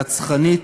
רצחנית,